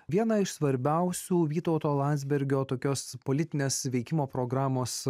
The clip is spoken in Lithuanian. viena iš svarbiausių vytauto landsbergio tokios politinės veikimo programos